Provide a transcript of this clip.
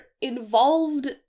involved